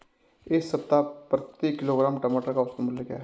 इस सप्ताह प्रति किलोग्राम टमाटर का औसत मूल्य क्या है?